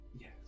Yes